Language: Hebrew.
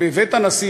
בבית הנשיא,